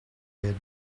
did